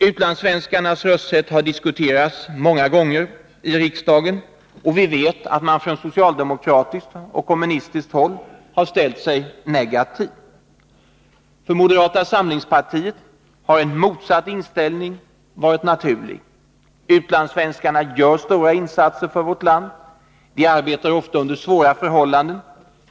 Utlandssvenskarnas rösträtt har diskuterats många gånger i riksdagen, och vi vet att man från socialdemokratiskt och kommunistiskt håll har ställt sig negativ. För moderata samlingspartiet har en motsatt inställning varit naturlig. Utlandssvenskarna gör stora insatser för vårt land. De arbetar ofta under svåra förhållanden.